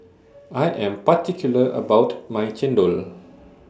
I Am particular about My Chendol